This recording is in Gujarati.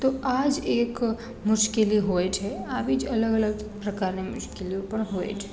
તો આજ એક મુશ્કેલી હોય છે આવી જ અલગ અલગ પ્રકારની મુશ્કેલીઓ પણ હોય છે